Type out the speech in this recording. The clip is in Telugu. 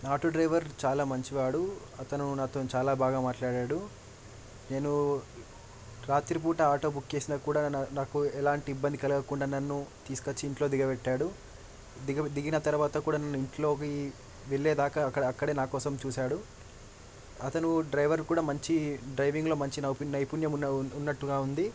ఆటో డ్రైవర్ చాలా మంచివాడు అతను నాతో చాలా బాగా మాట్లాడాడు నేను రాత్రిపూట ఆటో బుక్ చేసినా కూడా నా నాకు ఎలాంటి ఇబ్బంది కలగకుండ నన్ను తీసుకచ్చి ఇంట్లో దిగబెట్టాడు దిగబె దిగిన తర్వాత కూడా నేను ఇంట్లోకి వెళ్ళే దాకా అక్కడ అక్కడే నాకోసం చూశాడు అతను డ్రైవర్ కూడా మంచి డ్రైవింగ్లో మంచి నౌపు నైపుణ్యం ఉన్న ఉన్నట్టుగా ఉంది